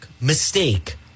mistake